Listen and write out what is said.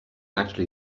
actually